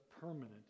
permanent